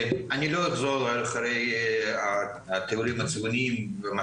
אני לא אחזור על התיאורים הצבעוניים ומה